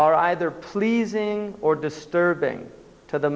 are either pleasing or disturbing to the